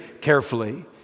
carefully